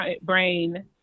brain